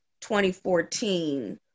2014